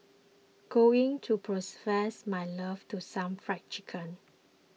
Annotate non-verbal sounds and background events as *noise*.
going to *unintelligible* my love to some Fried Chicken